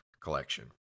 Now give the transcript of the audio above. collection